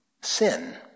Sin